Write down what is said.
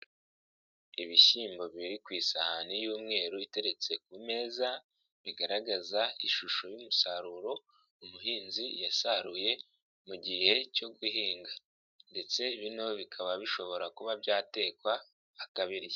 Ibishyimbo biri ku isahani y'umweru iteretse ku meza, bigaragaza ishusho y'umusaruro umuhinzi yasaruye mu gihe cyo guhinga ndetse bino bikaba bishobora kuba byatekwa akabirya.